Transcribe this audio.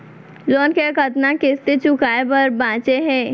Loan के कतना किस्ती चुकाए बर बांचे हे?